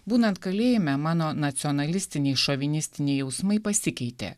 būnant kalėjime mano nacionalistiniai šovinistiniai jausmai pasikeitė